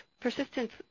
Persistence